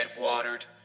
watered